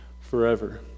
forever